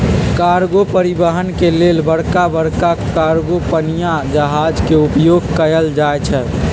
cargo परिवहन के लेल बड़का बड़का कार्गो पनिया जहाज के उपयोग कएल जाइ छइ